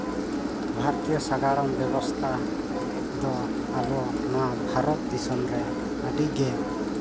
ᱵᱷᱟᱨᱚᱛᱤᱭᱚ ᱥᱟᱸᱜᱟᱲᱚᱢ ᱵᱮᱵᱚᱥᱛᱷᱟ ᱫᱚ ᱟᱵᱚ ᱱᱚᱣᱟ ᱵᱷᱟᱨᱚᱛ ᱫᱤᱥᱚᱢ ᱨᱮ ᱟᱹᱰᱤ ᱜᱮ